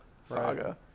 saga